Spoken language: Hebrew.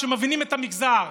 שמבינים את המגזר.